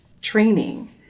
training